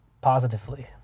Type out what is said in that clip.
positively